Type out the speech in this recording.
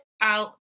out